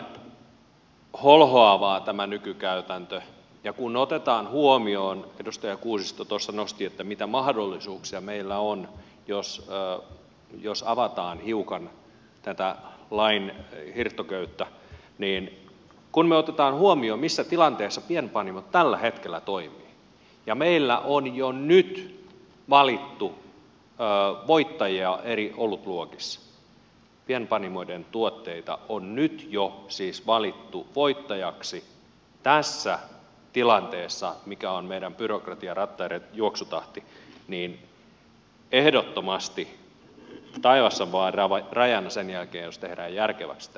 on tosiaan holhoavaa tämä nykykäytäntö ja kun otetaan huomioon edustaja kuusisto nosti mitä mahdollisuuksia meillä on jos avataan hiukan tätä lain hirttoköyttä missä tilanteessa pienpanimot tällä hetkellä toimivat ja meillä on jo nyt eri olutluokissa pienpanimoiden tuotteita valittu voittajiksi tässä tilanteessa mikä on meidän byrokratiarattaiden juoksutahti niin ehdottomasti taivas on vain rajana sen jälkeen jos tehdään järkeväksi tämä alkoholipolitiikka